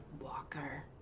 walker